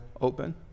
open